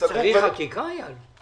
צריך חקיקה, אייל?